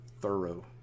thorough